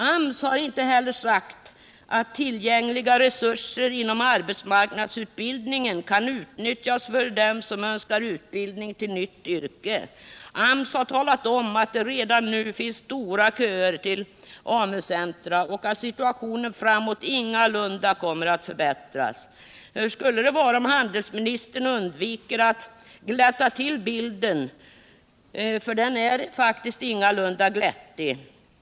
AMS har inte heller sagt att tillgängliga resurser inom arbetsmarknadsutbildningen kan utnyttjas för dem som önskar utbildning till nytt yrke. AMS har talat om att det redan nu finns långa köer till AMU-centra och att situationen framöver ingalunda kommer att förbättras. Hur skulle det vara om handelsministern undviker att glätta bilden, för den är ingalunda glättig.